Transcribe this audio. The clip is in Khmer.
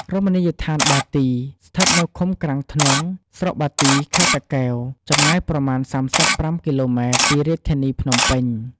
រមណីយដ្ឋានបាទី ស្ថិតនៅឃុំក្រាំងធ្នង់ ស្រុកបាទី ខេត្តតាកែវ ចម្ងាយប្រមាណ ៣៥ គីឡូម៉ែត្រពីរាជធានីភ្នំពេញ។